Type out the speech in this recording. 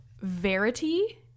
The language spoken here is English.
Verity